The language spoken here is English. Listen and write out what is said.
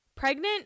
pregnant